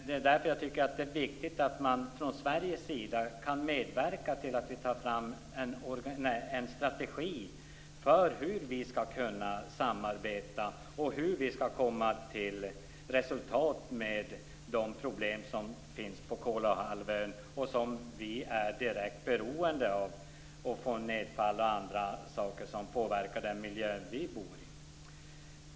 Det är därför som jag tycker att det är viktigt att man från Sveriges sida kan medverka till att ta fram en strategi för hur vi kan samarbeta och komma till rätta med problemen på Kolahalvön, som vi är direkt berörda av, dvs. nedfall och andra saker som påverkar miljön där vi bor.